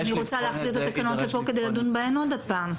אז אני רוצה להחזיר את התקנות לפה כדי לדון בהן עוד הפעם,